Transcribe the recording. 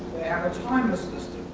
have a timelessness